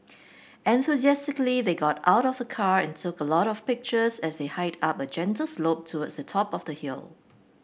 enthusiastically they got out of the car and took a lot of pictures as they hiked up a gentle slope towards the top of the hill